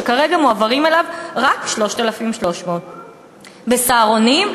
שכרגע מועברים אליו רק 3,300. ב"סהרונים",